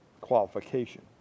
qualification